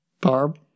Barb